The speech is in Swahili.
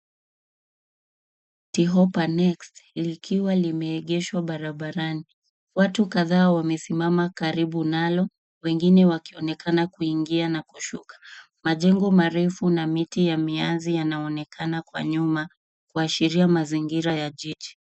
City Hoppa next likiwa limeegeshwa barabarani. Watu kadhaa wamesimama karibu nalo wengine wakionekana kuingia na kushuka. Majengo marefu na miti ya mianzi yanaonekana kwa nyuma kuashiria mazingira ya jiji.